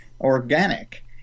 organic